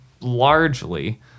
largely